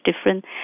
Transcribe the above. different